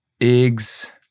eggs